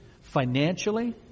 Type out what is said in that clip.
financially